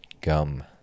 gum